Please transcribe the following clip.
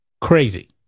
Crazy